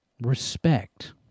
Respect